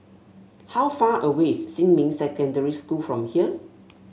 how far away is Xinmin Secondary School from here